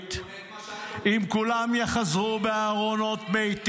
הישראלית אם כולם יחזרו מתים, בארונות.